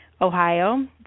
Ohio